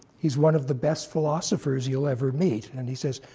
he's one of the best philosophers you'll ever meet. and he says,